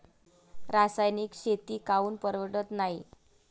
रासायनिक शेती काऊन परवडत नाई?